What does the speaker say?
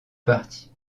partie